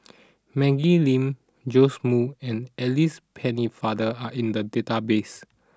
Maggie Lim Joash Moo and Alice Pennefather are in the database